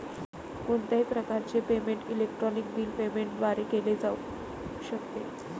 कोणत्याही प्रकारचे payment electronic bill payment द्वारे केले जाऊ शकते